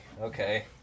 okay